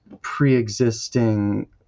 pre-existing